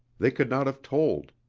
they could not have told.